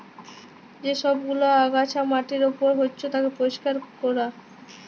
যে সব গুলা আগাছা মাটির উপর হচ্যে তাকে পরিষ্কার ক্যরা